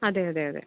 അതെ അതെ അതെ